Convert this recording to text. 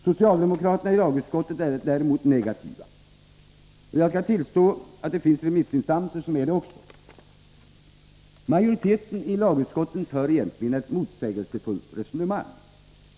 Socialdemokraterna i lagutskottet är däremot negativa. Jag skall tillstå att det finns remissinstanser som är det också. Majoriteten i lagutskottet för egentligen ett motsägelsefullt resonemang.